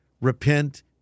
repent